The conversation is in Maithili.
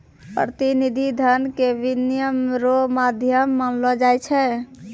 प्रतिनिधि धन के विनिमय रो माध्यम मानलो जाय छै